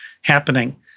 happening